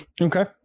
Okay